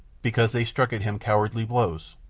because they struck at him cowardly blows,